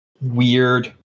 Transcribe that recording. Weird